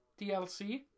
DLC